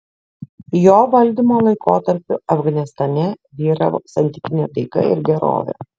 jo valdymo laikotarpiu afganistane vyravo santykinė taika ir gerovė